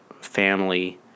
family